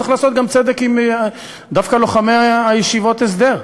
צריך לעשות גם צדק דווקא עם לוחמי ישיבות ההסדר.